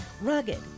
Rugged